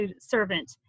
servant